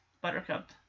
Buttercup